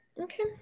Okay